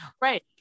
Right